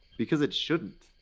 because it shouldn't!